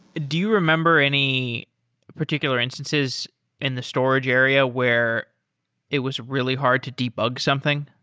do you remember any particular instances in the storage area where it was really hard to debug something?